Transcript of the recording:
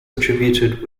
attributed